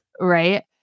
Right